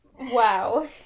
Wow